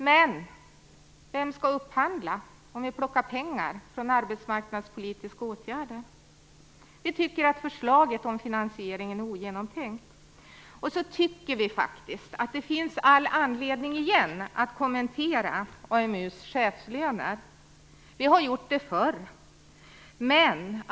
Men vem skall upphandla, om vi plockar pengar från arbetsmarknadspolitiska åtgärder? Vi tycker att förslaget om finansieringen är ogenomtänkt. Vi tycker också att det finns all anledning att kommentera AMU:s chefslöner igen - vi har gjort det förr.